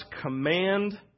command